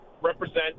represent